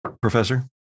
Professor